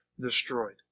destroyed